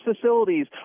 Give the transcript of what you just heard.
facilities